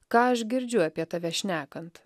ką aš girdžiu apie tave šnekant